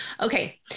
okay